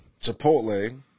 chipotle